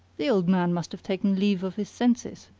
the old man must have taken leave of his senses,